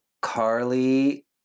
Carly